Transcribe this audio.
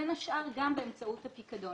בין השאר גם באמצעות הפיקדון,